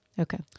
Okay